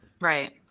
right